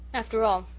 after all,